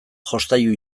jostailu